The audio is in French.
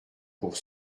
pour